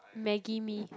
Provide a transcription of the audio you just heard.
maggie mee